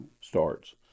starts